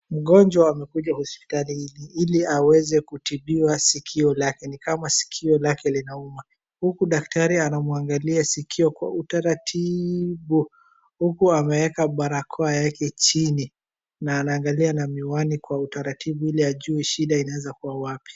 Mgonjwa amekuja hospitali hili, ili aweze kutibiwa sikio lake. Ni kama sikio lake linauma. Huku daktari anamuangalia sikio kwa utarati-i-i-ibu. Huku ameeka barakoa yake chini na anaangalia na miwani kwa utaratibu ili ajue shida inaweza kuwa wapi.